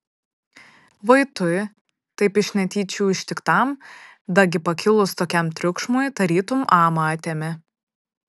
vaitui taip iš netyčių ištiktam dagi pakilus tokiam triukšmui tarytum amą atėmė